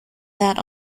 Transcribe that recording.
that